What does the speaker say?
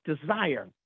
desire